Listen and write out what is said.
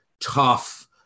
tough